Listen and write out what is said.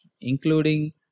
including